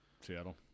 Seattle